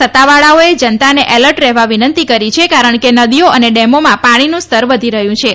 સત્તાવાળાઓએ જનતાને એલર્ટ રહેવા વિનંતી કરી છે કારણે નદીઓ અને ડેમોમાં પાણીનું સ્તર વધી રહ્યું હતું